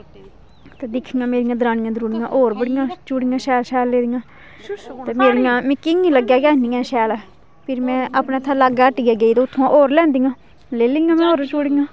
दिक्खियां मेरिये दरानी होर बडियां चूड़ियां शैल शैल लेई दी जां मेरियां मेकी लग्गै गै नेई ऐ शैल फिर में अपने इत्थै लागे हट्टिया गेई ते उत्थुआं और लेई आंदियां लेई लेइयां में होर चूड़ियां